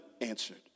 answered